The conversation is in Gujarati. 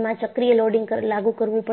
એમાં ચક્રીય લોડિંગ લાગુ કરવું પડશે